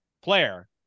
player